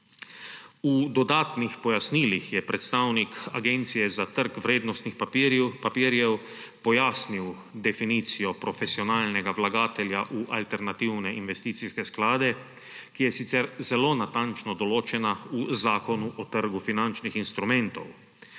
V dodatnih pojasnilih je predstavnik Agencije za trg vrednostnih papirjev pojasnil definicijo profesionalnega vlagatelja v alternativne investicijske sklade, ki je sicer zelo natančno določena v Zakonu o trgu finančnih instrumentov.